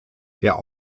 der